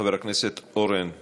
חבר הכנסת אורן חזן,